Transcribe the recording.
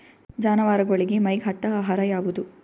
ಜಾನವಾರಗೊಳಿಗಿ ಮೈಗ್ ಹತ್ತ ಆಹಾರ ಯಾವುದು?